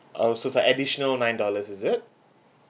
oh so it's like additional nine dollars is it